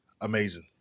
amazing